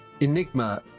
Enigma